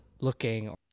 looking